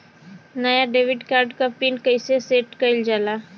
नया debit card क pin कईसे सेट कईल जाला?